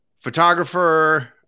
photographer